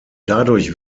dadurch